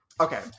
Okay